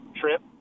trip